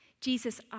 Jesus